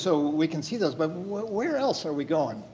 so we can see those. but where else are we going?